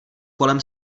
kolem